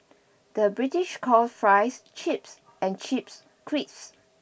the British calls fries chips and chips crisps